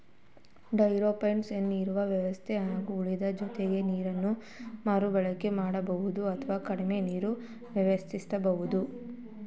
ಹೈಡ್ರೋಪೋನಿಕ್ಸಿಂದ ನೀರು ವ್ಯವಸ್ಥೆ ಹಾಗೆ ಉಳಿತದೆ ಜೊತೆಗೆ ನೀರನ್ನು ಮರುಬಳಕೆ ಮಾಡಬಹುದು ಹಾಗೂ ಕಡಿಮೆ ನೀರಿನ ವ್ಯಯವಾಗ್ತದೆ